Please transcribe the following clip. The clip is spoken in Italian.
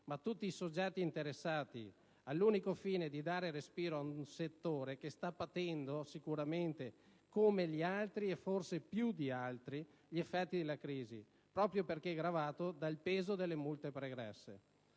a tutti i soggetti interessati all'unico fine di dare respiro ad un settore che sta patendo sicuramente come gli altri, e forse più di altri, gli effetti della crisi, proprio perché gravato dal peso delle multe pregresse.